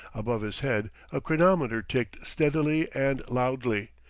above his head a chronometer ticked steadily and loudly,